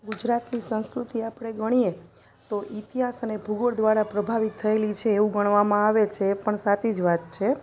ગુજરાતની સંસ્કૃતિ આપણે ગણીએ તો ઇતિહાસ અને ભૂગોળ દ્વારા પ્રભાવિત થયેલી છે એવું ગણવામાં આવે છે પણ સાચી જ વાત છે